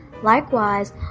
Likewise